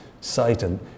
Satan